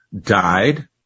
died